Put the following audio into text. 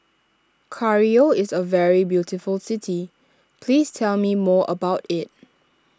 Cairo is a very beautiful city please tell me more about it